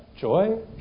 joy